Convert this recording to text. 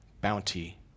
bounty